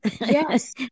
yes